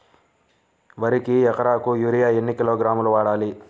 వరికి ఎకరాకు యూరియా ఎన్ని కిలోగ్రాములు వాడాలి?